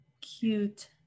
cute